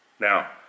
now